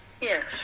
Yes